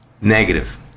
Negative